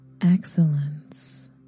excellence